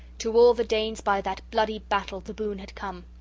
to all the danes by that bloody battle the boon had come.